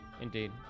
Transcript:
Indeed